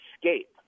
escape